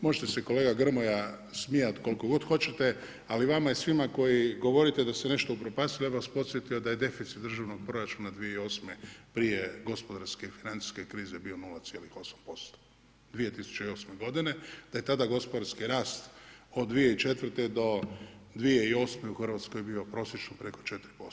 Možete se kolega Grmoja smijati koliko god hoćete, ali vama svima koji govorite da ste nešto upropastili, ja bi vas podsjetio da je deficit državnog proračunu 2008. prije gospodarske i financijske krize bio 0,8% 2008. g. da je tada gospodarski rast od 2004.-2008. u Hrvatskoj bio prosječno preko 4%